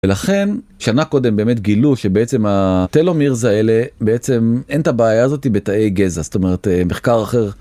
ולכן שנה קודם באמת גילו שבעצם הטלומראז האלה בעצם אין את הבעיה הזאת בתאי גזע, זאת אומרת מחקר אחר.